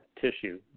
tissue